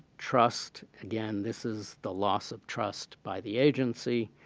trust, again, this is the loss of trust by the agency.